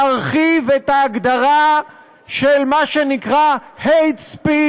להרחיב את ההגדרה של מה שנקרא hate speech,